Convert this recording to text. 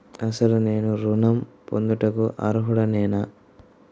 అసలు నేను ఋణం పొందుటకు అర్హుడనేన?